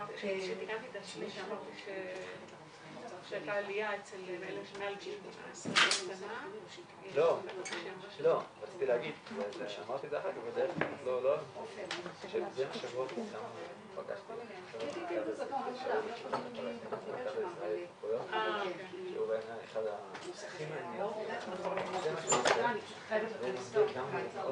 12:40.